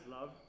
love